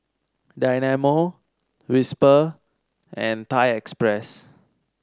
Dynamo Whisper and Thai Express